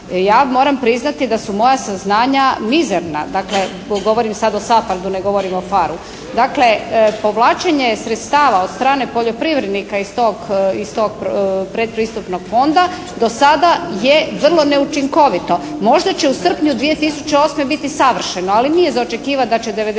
Ja moram priznati da su moja saznanja mizerna. Dakle govorim sad o SAPHARD-u, ne govorim o PHARE-u. Dakle povlačenje sredstava od strane poljoprivrednika iz tog predpristupnog fonda do sada je vrlo neučinkovito. Možda će u srpnju 2008. biti savršeno. Ali nije za očekivati da će 99%